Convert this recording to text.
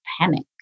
panic